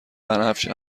بنفش